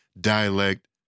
dialect